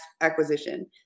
acquisition